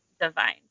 divine